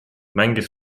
mängis